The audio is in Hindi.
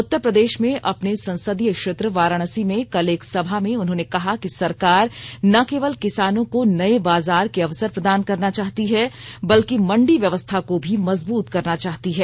उत्तर प्रदेश में अपने संसदीय क्षेत्र वाराणसी में हुंचा के राजार के उन्होंने कहा कि सरकार न केवल किसानों को नए बाजार के अवसर प्रदान करना चाहती है बल्कि मंडी व्यवस्था को भी मजबूत करना चाहती है